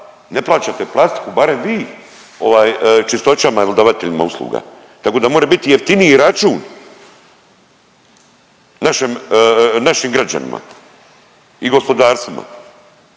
ne plaćate plastiku barem vi ovaj Čistoćama ili davateljima usluga, tako da more biti jeftiniji račun našem, našim građanima i gospodarstvima?